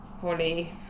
Holly